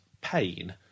pain